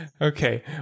Okay